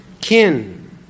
kin